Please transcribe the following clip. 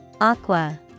Aqua